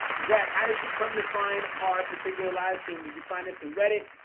zach how did you come to find our particular live stream? did you find us and reddit?